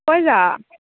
কৈ যা